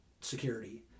security